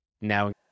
now